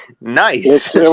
Nice